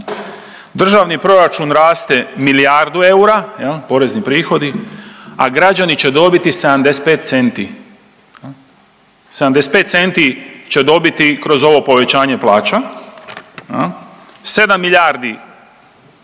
državni proračun raste milijardu eura jel, porezni prihodi, a građani će dobiti 75 centi, 75 centi će dobiti kroz ovo povećanje plaća jel, 7 milijardi